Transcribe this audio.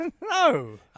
no